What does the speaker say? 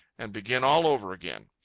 and begin all over again.